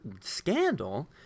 scandal